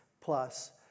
plus